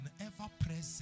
ever-present